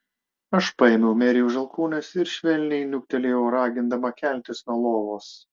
aš paėmiau merei už alkūnės ir švelniai niuktelėjau ragindama keltis nuo lovos